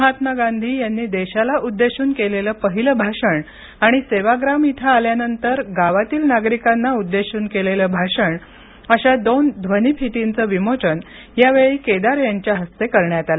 महात्मा गांधी यांनी देशाला उद्देशून केलेलं पहिलं भाषण आणि सेवाग्राम इथे आल्यानंतर गावातील नागरिकांना उद्देशून केलेलं भाषण अशा दोन ध्वनिफितीचं विमोचन यावेळी केदार यांच्या हस्ते करण्यात आलं